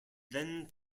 then